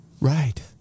Right